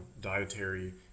dietary